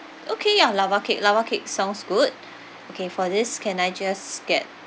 okay ah lava cake lava cake sounds good okay for this can I just get